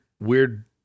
weird